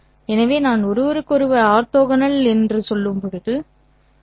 எனவே நான் ஒருவருக்கொருவர் ஆர்த்தோகனல் வைத்திருக்கும் தொகுப்பு இது